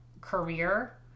career